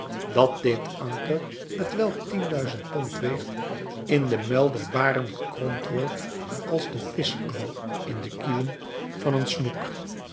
dat dit anker t welk tien duizend pond weegt in den muil der baren gekromd wordt als de vischangel in de kieuwen van een snoek